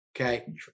Okay